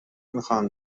میخواهم